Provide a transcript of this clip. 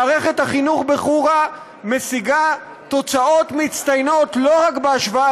מערכת החינוך בחורה משיגה תוצאות מצטיינות לא רק בהשוואה